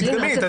מדגמית.